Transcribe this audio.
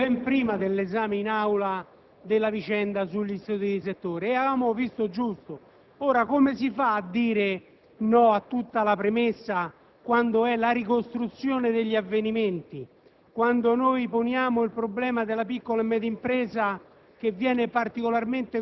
avevamo presentato questo ordine del giorno ben prima dell'esame in Aula della vicenda degli studi di settore e avevamo visto giusto. Ora, come si fa a dire no a tutta la premessa quando essa è la ricostruzione degli avvenimenti?